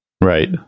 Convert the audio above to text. Right